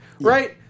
right